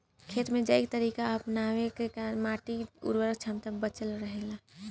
खेत में जैविक तरीका अपनावे से माटी के उर्वरक क्षमता बचल रहे ला